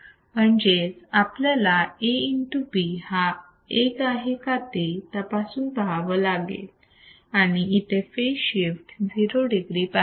म्हणजेच आपल्याला A β हा 1 आहे का ते तपासून पहावं लागेल आणि इथे फेज शिफ्ट 0 degree पाहिजे